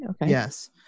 Yes